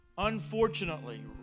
Unfortunately